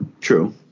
True